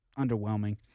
underwhelming